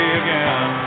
again